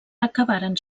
acabaren